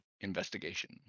Investigation